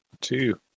Two